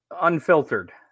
unfiltered